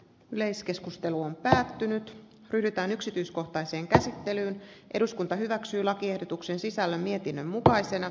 yleiskeskustelu on lähtenyt pyritään yksityiskohtaiseen käsittelyyn eduskunta hyväksyi lakiehdotuksen sisällä mietinnön mukaisena